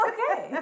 Okay